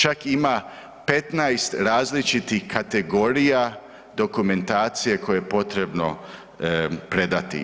Čak ima 15 različitih kategorija dokumentacije koje je potrebno predati.